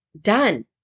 done